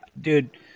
dude